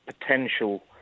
potential